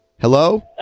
Hello